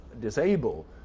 disable